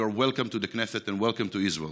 are welcome to the Knesset and welcome to Israel.